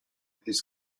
his